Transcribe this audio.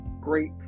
great